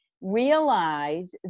realize